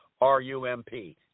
R-U-M-P